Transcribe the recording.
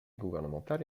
gouvernementale